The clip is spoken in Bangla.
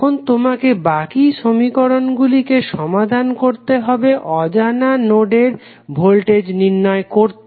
এখন তোমাকে বাকি সমীকরণগুলিকে সমাধান করতে হবে অজানা নোডের ভোল্টেজ নির্ণয় করতে